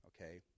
okay